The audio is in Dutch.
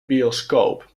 bioscoop